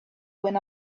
when